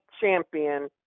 Champion